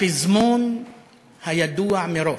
הפזמון הידוע מראש,